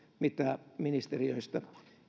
mitä ministeriöistä